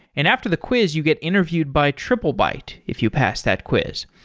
and after the quiz you get interviewed by triplebyte if you pass that quiz.